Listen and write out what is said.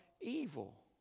evil